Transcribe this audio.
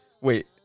Wait